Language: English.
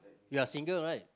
you're single right